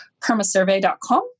Permasurvey.com